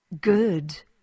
Good